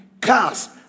cars